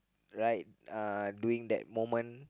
right uh during that moment